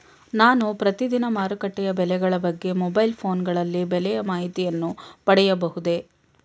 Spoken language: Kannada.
ನಾನು ಪ್ರತಿದಿನ ಮಾರುಕಟ್ಟೆಯ ಬೆಲೆಗಳ ಬಗ್ಗೆ ಮೊಬೈಲ್ ಫೋನ್ ಗಳಲ್ಲಿ ಬೆಲೆಯ ಮಾಹಿತಿಯನ್ನು ಪಡೆಯಬಹುದೇ?